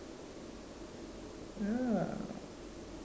!huh!